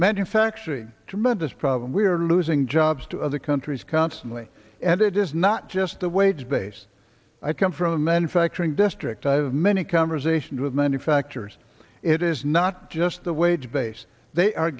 manufacturing tremendous problem we are losing jobs to other countries constantly and it is not just the wage base i come from a manufacturing district i have many conversations with manufacturers it is not just the wage base they are